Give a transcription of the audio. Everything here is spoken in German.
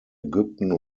ägypten